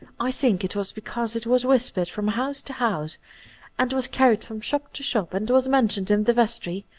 i think it was because it was whispered from house to house and was carried from shop to shop, and was mentioned in the vestry,